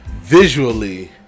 visually